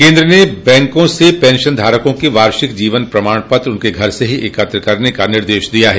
केन्द्र ने बैंकों से पेंशन धारकों के वार्षिक जीवन प्रमाण पत्र उनके घर से ही एकत्र करने का निर्देश दिया है